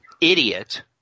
idiot